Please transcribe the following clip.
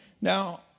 Now